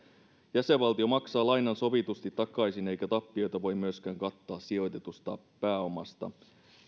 jäsenvaltio maksaa lainan sovitusti takaisin eikä tappiota voi myöskään kattaa sijoitetusta pääomasta